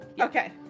Okay